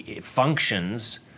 functions